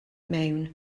mewn